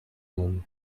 monde